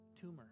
tumor